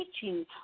teaching